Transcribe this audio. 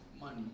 money